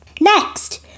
Next